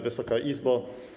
Wysoka Izbo!